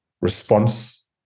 response